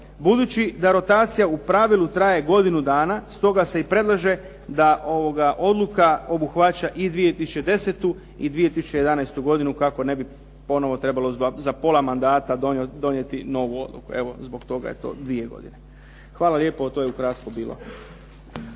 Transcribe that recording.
Budući da rotacija u pravilu traje godinu dana, stoga se i predlaže da ova odluka obuhvaća i 2010. i 2011. godinu kako ne bi trebalo za pola mandata donijeti novu odluku. Evo zbog toga je to dvije godine. Hvala lijepo. To je ukratko bilo.